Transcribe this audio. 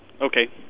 Okay